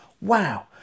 Wow